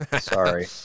sorry